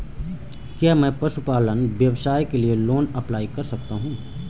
क्या मैं पशुपालन व्यवसाय के लिए लोंन अप्लाई कर सकता हूं?